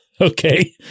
Okay